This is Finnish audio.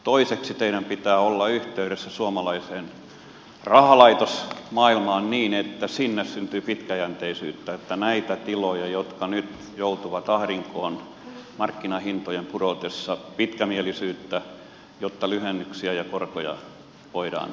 toiseksi teidän pitää olla yhteydessä suomalaiseen rahalaitosmaailmaan niin että sinne syntyy pitkäjänteisyyttä pitkämielisyyttä että näiden tilojen jotka nyt joutuvat ahdinkoon markkinahintojen pudotessa lyhennyksiä ja korkoja voidaan järjestellä